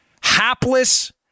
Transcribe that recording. hapless